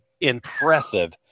impressive